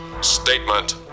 Statement